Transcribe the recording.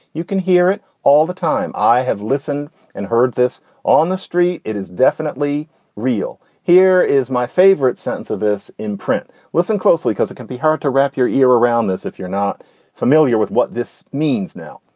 you can hear it all the time. i have listened and heard this on the street. it is definitely real. here is my favorite sentence of this in print. listen closely because it can be hard to wrap your ear around this if you're not familiar with what this means. means. now,